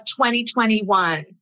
2021